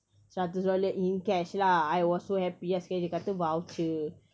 seratus dollar in cash lah I was so happy ah sekali dia kata voucher